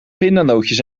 pindanootjes